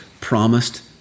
promised